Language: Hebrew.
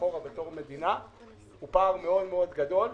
אחורה בתור מדינה הוא פער מאוד מאוד גדול.